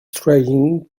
trying